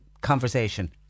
conversation